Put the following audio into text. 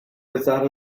without